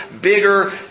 bigger